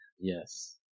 Yes